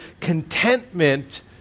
contentment